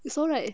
you saw right